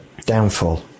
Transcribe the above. downfall